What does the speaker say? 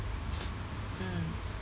mm